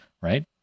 right